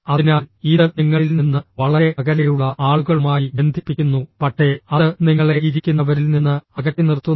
അതിനാൽ ഇത് നിങ്ങളിൽ നിന്ന് വളരെ അകലെയുള്ള ആളുകളുമായി ബന്ധിപ്പിക്കുന്നു പക്ഷേ അത് നിങ്ങളെ ഇരിക്കുന്നവരിൽ നിന്ന് അകറ്റിനിർത്തുന്നു